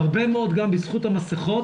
הרבה מאוד גם בזכות המסכות.